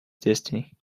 destiny